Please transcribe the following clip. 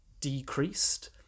decreased